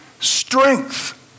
strength